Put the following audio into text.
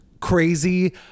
crazy